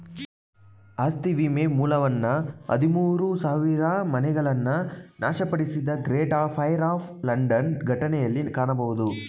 ಆಸ್ತಿ ವಿಮೆ ಮೂಲವನ್ನ ಹದಿಮೂರು ಸಾವಿರಮನೆಗಳನ್ನ ನಾಶಪಡಿಸಿದ ಗ್ರೇಟ್ ಫೈರ್ ಆಫ್ ಲಂಡನ್ ಘಟನೆಯಲ್ಲಿ ಕಾಣಬಹುದು